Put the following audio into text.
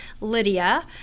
Lydia